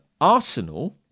Arsenal